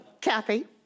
Kathy